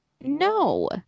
No